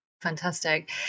Fantastic